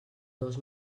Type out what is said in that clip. dos